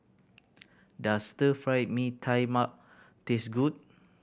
does Stir Fry Mee Tai Mak taste good